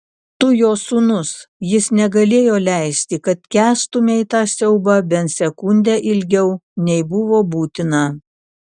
tu jo sūnus jis negalėjo leisti kad kęstumei tą siaubą bent sekundę ilgiau nei buvo būtina